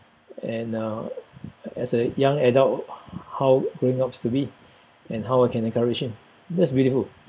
and uh as a young adult how growing up is to be and how I can encourage him that's beautiful